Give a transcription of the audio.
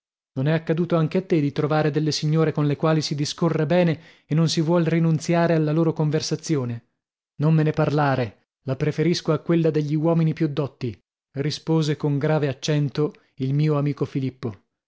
non è accaduto anche a te di trovare delle signore con le quali si discorre bene e non si vuol rinunziare alla loro conversazione non me ne parlare la preferisco a quella degli uomini più dotti rispose con grave accento il mio amico filippo